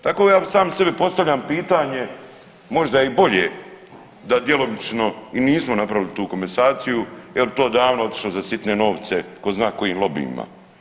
Tako ja bi sam sebi postavljam pitanje možda je i bolje da djelomično i nismo napravili tu komasaciju jer bi to davno otišlo za sitne novce tko zna kojim lobijima.